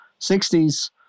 60s